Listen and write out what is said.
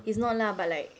he's not lah but like